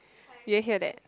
do you hear that